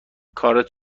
کارت